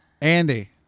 Andy